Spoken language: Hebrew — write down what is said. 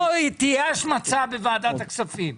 לא תהיה השמצה בוועדת הכספים.